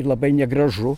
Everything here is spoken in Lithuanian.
labai negražu